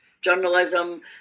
journalism